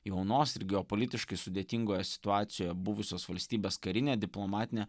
jaunos ir geopolitiškai sudėtingoje situacijoje buvusios valstybės karinę diplomatinę